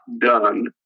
done